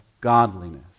godliness